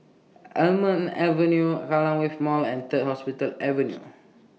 Almond Avenue Kallang Wave Mall and Third Hospital Avenue